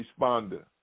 responder